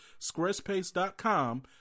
squarespace.com